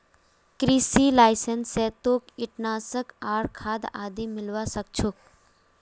कृषि लाइसेंस स तोक कीटनाशक आर खाद आदि मिलवा सख छोक